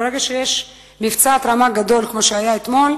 ברגע שיש מבצע התרמה גדול, כמו שהיה אתמול,